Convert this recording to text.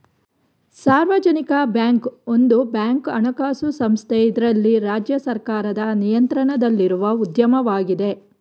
ಸಾರ್ವಜನಿಕ ಬ್ಯಾಂಕ್ ಒಂದು ಬ್ಯಾಂಕ್ ಹಣಕಾಸು ಸಂಸ್ಥೆ ಇದ್ರಲ್ಲಿ ರಾಜ್ಯ ಸರ್ಕಾರದ ನಿಯಂತ್ರಣದಲ್ಲಿರುವ ಉದ್ಯಮವಾಗಿದೆ